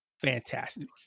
fantastic